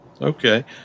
Okay